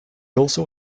also